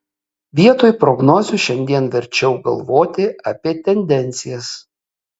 vietoj prognozių šiandien verčiau galvoti apie tendencijas